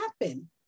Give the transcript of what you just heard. happen